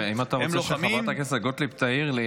הם לוחמים --- אם אתה לא רוצה שחברת הכנסת גוטליב תעיר לי,